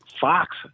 Fox